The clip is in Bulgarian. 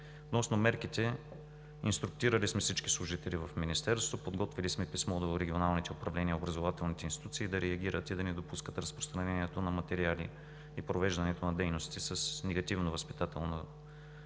Относно мерките – инструктирали сме всички служители в Министерството, подготвили сме писмо до регионалните управления и образователните институции да реагират и да не допускат разпространението на материали и провеждането на дейности с негативно възпитателно влияние.